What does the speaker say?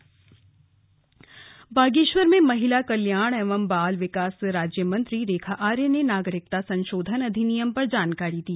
CAA Bageshwar Bageshwar में महिला कल्याण एवं बाल विकास राज्यमंत्री रेखा आर्या ने नागरिकता संशोधन अधिनियम पर जानकारी दी